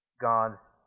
God's